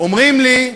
אומרים לי,